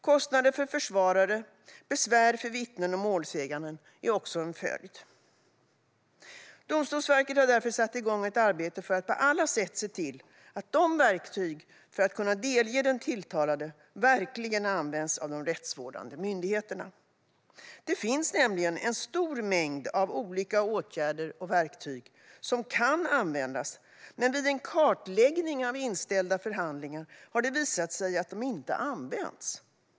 Kostnader för försvarare samt besvär för vittnen och målsäganden är också en följd. Domstolsverket har därför satt igång ett arbete för att på alla sätt se till att de verktyg som finns för att kunna delge den tilltalade verkligen används av de rättsvårdande myndigheterna. Det finns nämligen en stor mängd olika åtgärder och verktyg som kan användas, men vid en kartläggning av inställda förhandlingar har det visat sig att de inte använts.